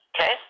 Okay